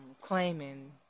claiming